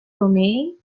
roman